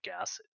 acid